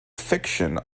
fiction